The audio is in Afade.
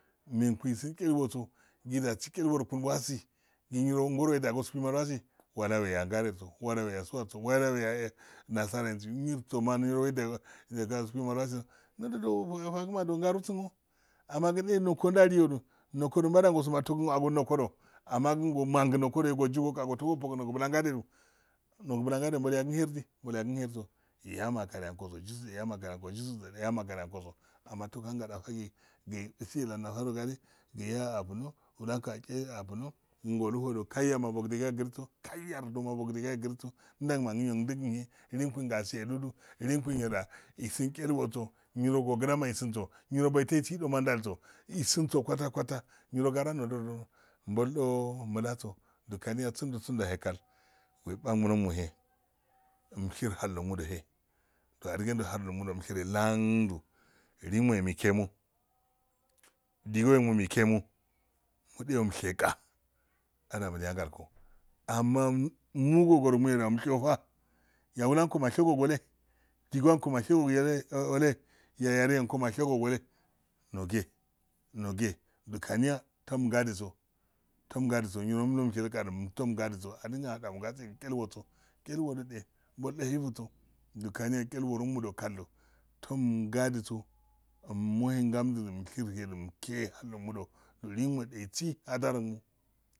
Emnkun isintshelogoso gidasi worokundo ilwasi nyiro ngoro edagosko ma ilwasi wala weyan gunres wala weya sowose wala weya nasarar ndodo fasima ngwarusinwo noko nda liyodu nokodo mbalongo mate ogdikin agol kodo amma kin nokodo amma kin e nokodeyo ndu waliyo du nokodo o agol nokodo amma kin oman gi nokodoyo ajigo a ote obigo noyi blangade do nogiblangade do bonyakin her di bolyakin her so hau makariyankoso jiso e han make ri enkoso amma toh han gadafaso nasara rogade ehan afuno nolko ashe afuno kin olu hododu kayya ma bougiriso kayyardona ma bougiriso ndau manginyo undigine liyenkun gasi wudu liyenkin yoda isin shenwoso yiro ogidanwa isin so giro boiy tehe si do ma ndaliso isinso kwata kwata giro garan dodordo boldu mblago kaniya sando-sando yahekal wba ngwunohe msher hal logimo he adigendo hallo gimodwensher landu liyemoe mot mushag ando mulyungalko ammu moe mogogorogimyo moshedosa yayi lanko masheyo gi wwola? Digowanko mashe nole noge-noget kaniya tomgadu so-fomgadiso yiro mumshedo ga do tomg aduso adigendo achamoyse gi she wo tshelwodo bol esiyoso kaniya tshewo kaldo eshelwo roginodo kaldo tomgadus mmehen ngamchidu mushurhe du mushe liyenyimo isi adr mo